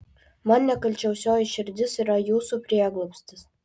man nekalčiausioji širdis yra jūsų prieglobstis